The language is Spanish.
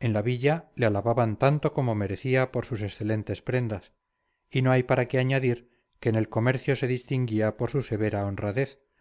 en la villa le alababan tanto como merecía por sus excelentes prendas y no hay para qué añadir que en el comercio se distinguía por su severa honradez